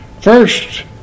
first